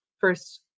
first